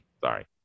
Sorry